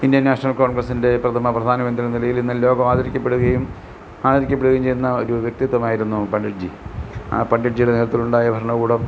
Indian National കോൺഗ്രസ്സിൻ്റെ പ്രഥമ പ്രധാനമന്ത്രിയെന്ന നിലയിൽ ഇന്ന് ലോകം ആദരിക്കപ്പെടുകയും ആദരിക്കപ്പെടുകയും ചെയുന്ന ഒരു വ്യക്തിത്വമായിരുന്നു പണ്ഡിറ്റ്ജി ആ പണ്ഡിറ്റ്ജിയുടെ നേതൃത്വത്തിലുണ്ടായ ഭരണകൂടം